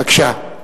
בבקשה.